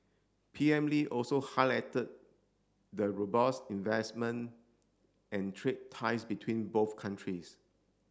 P M Lee also highlighted the robust investment and trade ties between both countries